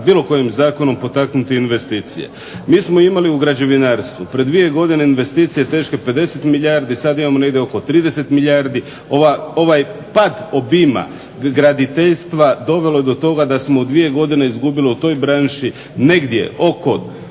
bilo kojim zakonom potaknuti investicije. Mi smo imali u građevinarstvu pred dvije godine investicije teške 50 milijardi. Sad imamo negdje oko 30 milijardi. Ovaj pad obima graditeljstva dovelo je do toga da smo u dvije godine izgubili u toj branši negdje oko